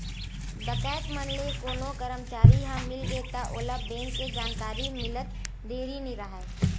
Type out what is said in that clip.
डकैत मन ले कोनो करमचारी ह मिलगे त ओला बेंक के जानकारी मिलत देरी नइ राहय